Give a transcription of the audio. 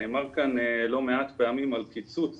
נאמר כאן לא מעט פעמים על קיצוץ